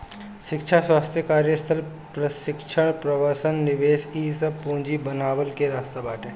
शिक्षा, स्वास्थ्य, कार्यस्थल प्रशिक्षण, प्रवसन निवेश इ सब पूंजी बनवला के रास्ता बाटे